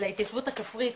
להתיישבות הכפרית,